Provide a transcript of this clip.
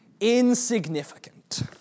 insignificant